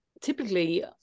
typically